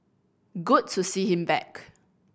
good to see him back